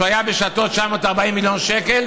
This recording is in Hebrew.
שהיה בשעתו 940 מיליון שקל,